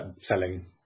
selling